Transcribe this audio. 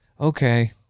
okay